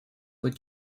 were